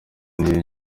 niyo